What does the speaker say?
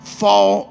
fall